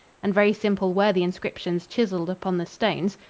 and very simple were the inscriptions chiseled upon the stones.